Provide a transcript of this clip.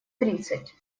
тридцать